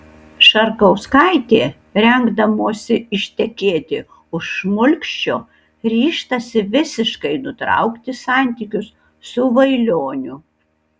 šarkauskaitė rengdamosi ištekėti už šmulkščio ryžtasi visiškai nutraukti santykius su vailioniu